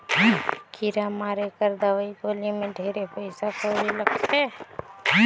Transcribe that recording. कीरा मारे कर दवई गोली मे ढेरे पइसा कउड़ी लगथे